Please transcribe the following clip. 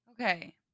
Okay